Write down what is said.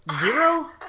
Zero